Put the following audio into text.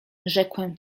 rzekłem